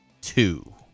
two